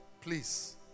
please